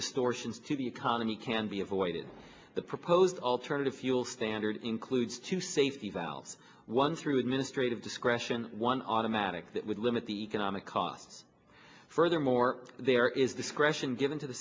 distortions to the economy can be avoided the proposed alternative fuel standard includes two safety valves one through administrative discretion one automatic that would limit the economic costs furthermore there is discretion given to the